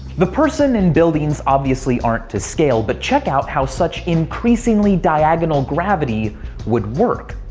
the person and buildings obviously aren't to scale but check out how such increasingly diagonal gravity would work.